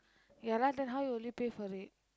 ya lah then how will you pay for it